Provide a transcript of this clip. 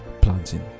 planting